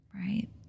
Right